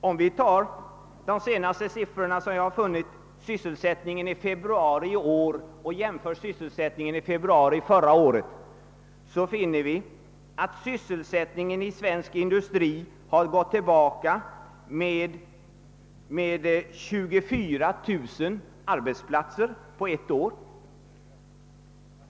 De senaste sysselsättningssiffrorna som jag har funnit gäller februari i år. Jämför vi dem med sysselsättningssiffrorna för februari förra året, finner vi att sysselsättningen i svensk industri har gått tillbaka med 24000 arbetsplatser på ett år.